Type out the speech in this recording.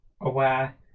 aware